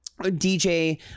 dj